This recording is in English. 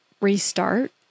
restart